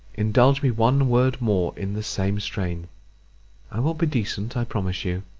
indulge me one word more in the same strain i will be decent, i promise you.